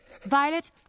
Violet